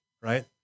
right